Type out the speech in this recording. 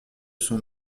son